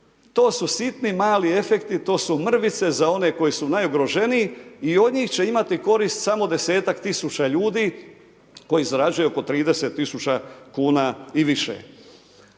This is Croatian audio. to su sitni mali efekti, to su mrvice za one koji su najugroženiji i od njih će imati korist samo desetak tisuća ljudi koji zarađuju oko 30 tisuća kuna i više.